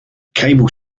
cable